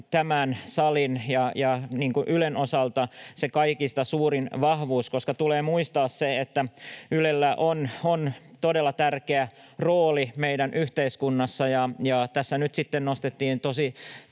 tämän salin ja Ylen osalta se kaikista suurin vahvuus, koska tulee muistaa, että Ylellä on todella tärkeä rooli meidän yhteiskunnassa. Tässä nyt sitten nostettiin tosin